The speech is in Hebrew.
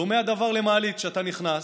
דומה הדבר למעלית, כשאתה נכנס